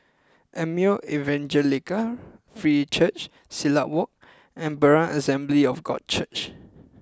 Emmanuel Evangelical Free Church Silat Walk and Berean Assembly of God Church